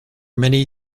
many